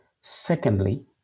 Secondly